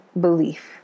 belief